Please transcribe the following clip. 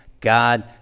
God